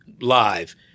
live